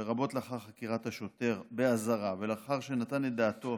לרבות לאחר חקירת השוטר באזהרה ולאחר שנתן את דעתו